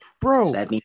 bro